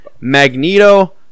Magneto